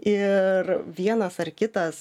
ir vienas ar kitas